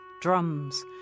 drums